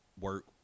work